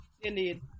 Indeed